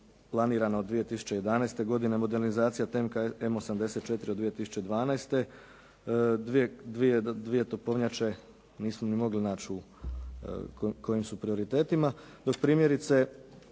planirano od 2011. godine modernizacija tenka M84 od 2012. 2 topovnjače nismo ni mogli naći u kojim su prioritetima,